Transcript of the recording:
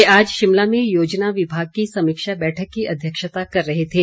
वे आज शिमला में योजना विभाग की समीक्षा बैठक की अध्यक्षता कर रहे थे